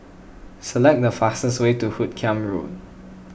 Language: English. select the fastest way to Hoot Kiam Road